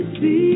See